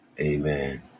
Amen